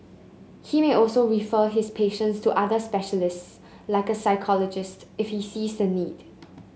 he may also refer his patients to other specialists like a psychologist if he sees the need